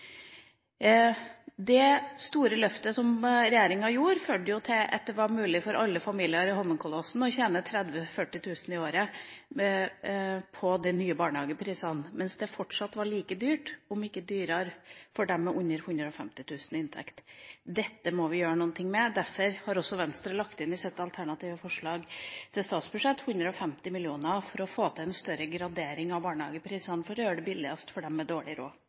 Det store løftet som regjeringa tok, førte til at det var mulig for alle familier i Holmenkollåsen å tjene 30 000–40 000 kr i året på de nye barnehageprisene, mens det fortsatt var like dyrt, om ikke dyrere, for dem med under 150 000 kr i inntekt. Dette må vi gjøre noe med. Derfor har Venstre lagt inn 150 mill. kr i sitt forslag til alternativt statsbudsjett for å få til en større gradering av barnehageprisene, for å gjøre det billigst for dem med dårlig råd.